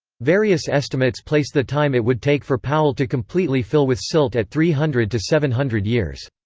various estimates place the time it would take for powell to completely fill with silt at three hundred to seven hundred years.